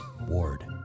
ward